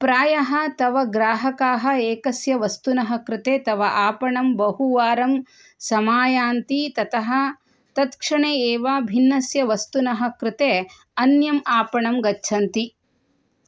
प्रायः तव ग्राहकाः एकस्य वस्तुनः कृते तव आपणं बहुवारं समायान्ति ततः तत्क्षणे एव भिन्नस्य वस्तुनः कृते अन्यम् आपणं गच्छन्ति